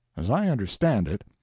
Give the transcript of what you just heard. as i understand it,